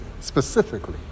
specifically